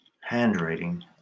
Handwriting